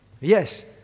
Yes